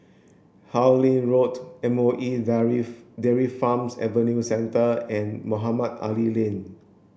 Harlyn Road M O E Dairy Farm Adventure Centre and Mohamed Ali Lane